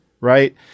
right